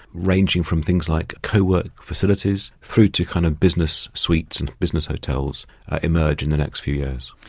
ranging from things like co-work facilities, through to kind of business suites and business hotels emerge in the next few years.